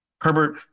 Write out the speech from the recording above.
Herbert